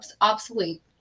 obsolete